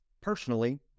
personally